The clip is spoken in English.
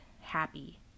happy